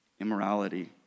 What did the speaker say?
immorality